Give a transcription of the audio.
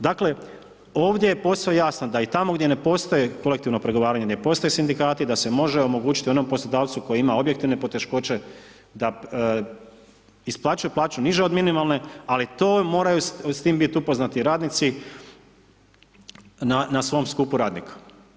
Dakle ovdje je posve jasno da i tamo gdje ne postoji kolektivno pregovaranje, ne postoje sindikati da se može omogućiti onom poslodavcu koji ima objektivne poteškoće da isplaćuje plaću nižu od minimalne ali to moraju s tim biti upoznati i radnici na svom skupu radnika.